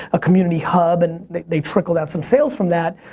a community hub, and they they trickled out some sales from that.